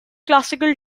classical